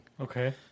Okay